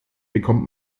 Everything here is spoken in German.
bekommt